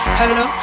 hello